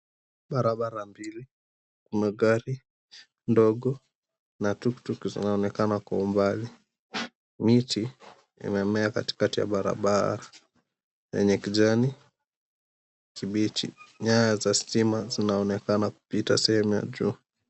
Barabara mbili , gari ndogo na tuktuk zinaonekana kwa umbali. Miti imemea katikati ya barabara yenye kijani kibichi. Nyaya za stima zinaonekana kupita sehemu ya juu.